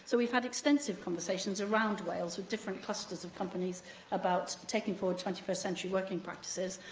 so we've had extensive conversations around wales with different clusters of companies about taking forward twenty-first century working practices.